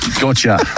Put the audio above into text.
Gotcha